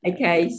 Okay